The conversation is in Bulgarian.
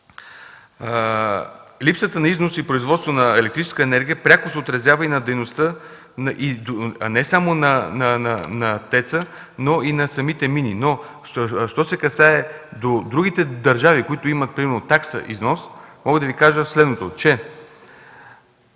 липсата на износ и производство на електрическа енергия пряко се отразява и на дейността не само на ТЕЦ-а, но и на самите мини. Що се касае до другите държави, които имат, примерно, такса „износ”, мога да Ви кажа с, че